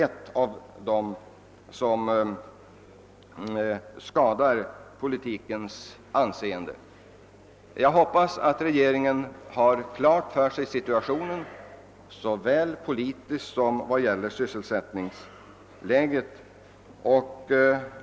Det är sådant som skadar politikens anseende. Jag hoppas att regeringen snart har situationen klar för sig såväl politiskt som i vad gäller sysselsättningsläget.